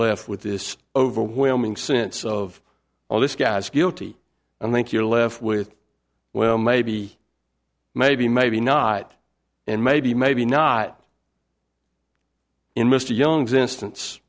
left with this overwhelming sense of all this guy's guilty and i think you're left with well maybe maybe maybe not and maybe maybe not in mr young's instance